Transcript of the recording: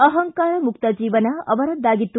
ಅಹಂಕಾರ ಮುಕ್ತ ಜೀವನ ಅವರದ್ದಾಗಿತ್ತು